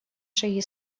шаги